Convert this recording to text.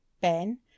Ben